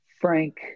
frank